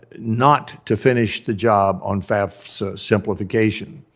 not to finish the job on fafsa simplification.